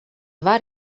var